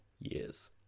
years